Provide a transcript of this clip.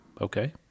Okay